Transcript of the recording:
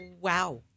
Wow